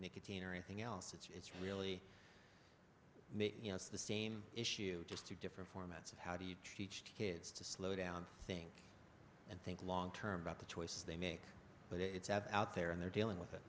teen or anything else it's really you know it's the same issue just two different formats of how do you teach kids to slow down think and think long term about the choices they make but it's out there and they're dealing with